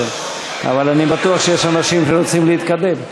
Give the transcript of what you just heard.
אבל אני בטוח שיש אנשים שרוצים להתקדם.